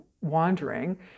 wandering